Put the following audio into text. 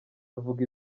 ruvuga